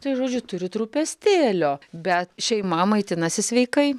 tai žodžiu turit rūpestėlio bet šeima maitinasi sveikai